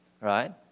Right